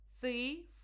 three